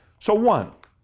so, one,